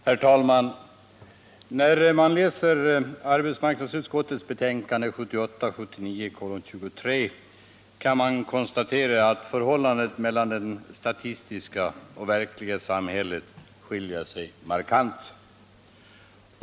Herr talman! När man läser arbetsmarknadsutskottets betänkande 1978/ 79:23 kan man konstatera att förhållandena mellan det statistiska och det verkliga samhället skiljer sig markant.